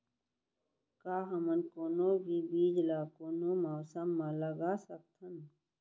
का हमन कोनो भी बीज ला कोनो मौसम म लगा सकथन?